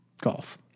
golf